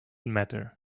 matter